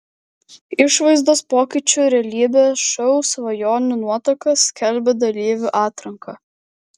išvaizdos pokyčių realybės šou svajonių nuotaka skelbia dalyvių atranką